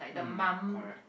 mm correct